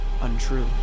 untrue